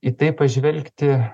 į tai pažvelgti